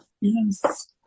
Yes